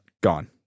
Gone